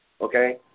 Okay